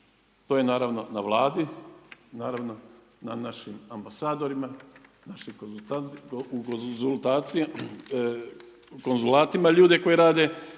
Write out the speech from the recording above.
to je naravno na Vladi, naravno na našim ambasadorima, našim konzulatima ljudi koji rade